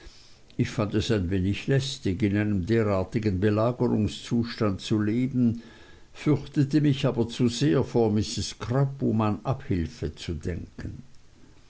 ich fand es ein wenig lästig in einem derartigen belagerungszustand zu leben fürchtete mich aber zu sehr vor mrs crupp um an abhilfe zu den